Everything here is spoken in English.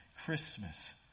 Christmas